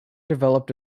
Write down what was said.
developed